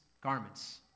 garments